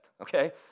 okay